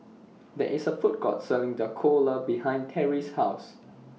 There IS A Food Court Selling Dhokla behind Terrie's House